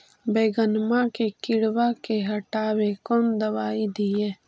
बैगनमा के किड़बा के हटाबे कौन दवाई दीए?